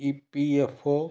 E P F O